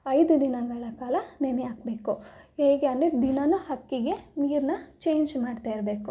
ಐದು ದಿನಗಳ ಕಾಲ ನೆನೆ ಹಾಕಬೇಕು ಹೇಗೆ ಅಂದರೆ ದಿನಾನು ಅಕ್ಕಿಗೆ ನೀರನ್ನ ಚೇಂಜ್ ಮಾಡ್ತಾ ಇರಬೇಕು